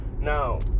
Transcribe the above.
Now